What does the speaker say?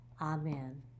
Amen